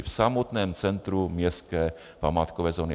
V samotném centru městské památkové zóny.